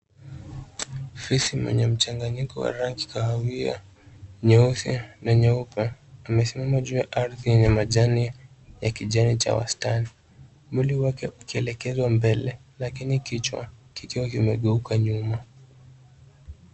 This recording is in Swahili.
Fisi mwenye mchanganyiko wa rangi kahawia, nyeusi na nyeupe amesimama juu ya ardhi yenye majani ya kijani cha wastani. Mwili wake ukielekezwa mbele lakini kichwa kikiwa kimegeuka nyuma.